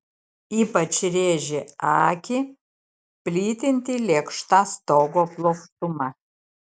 ypač rėžė akį plytinti lėkšta stogo plokštuma